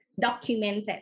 documented